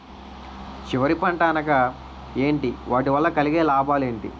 చివరి పంట అనగా ఏంటి వాటి వల్ల కలిగే లాభాలు ఏంటి